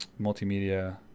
multimedia